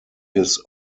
his